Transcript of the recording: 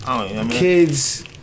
kids